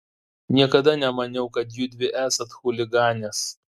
niekada nemaniau kad judvi esat chuliganės